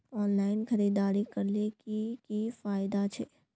Online खरीदारी करले की की फायदा छे?